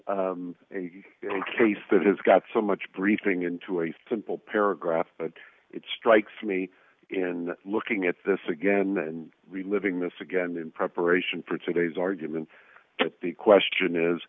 down a case that has got so much briefing into a simple paragraph but it strikes me in looking at this again and reliving this again in preparation for today's argument the question is